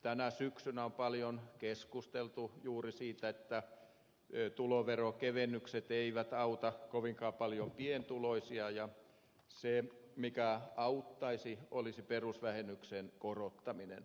tänä syksynä on paljon keskusteltu juuri siitä että tuloveronkevennykset eivät auta kovinkaan paljon pientuloisia ja se mikä auttaisi olisi perusvähennyksen korottaminen